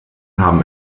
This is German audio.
haben